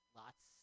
lots